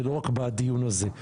זה לא רק בדיון הזה,